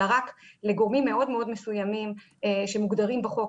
אלא רק לגורמים מאוד מאוד מסוימים שמוגדרים בחוק,